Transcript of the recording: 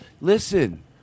Listen